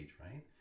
right